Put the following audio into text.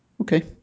Okay